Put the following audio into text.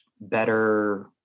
better